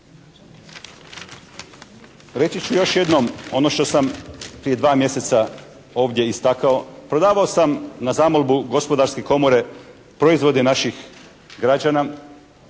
Reći ću još jednom ono što sam prije dva mjeseca ovdje istakao. Prodavao sam na zamolbu Gospodarske komore proizvode naših građana